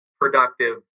productive